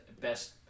best